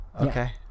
okay